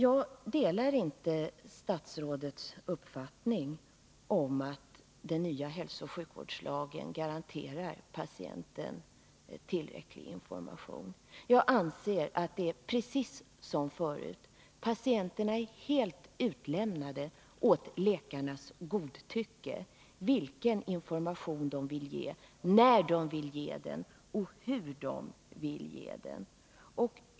Jag delar inte statsrådets uppfattning att den nya hälsooch sjukvårdslagen garanterar patienten tillräcklig information. Jag anser att det är precis som förut: patienterna är helt utlämnade åt läkarnas godtycke i fråga om vilken information de vill ha, när de vill ha den och hur de vill ha den.